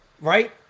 Right